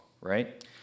right